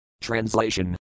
Translation